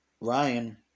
Ryan